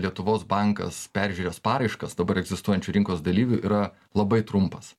lietuvos bankas peržiūrės paraiškas dabar egzistuojančių rinkos dalyvių yra labai trumpas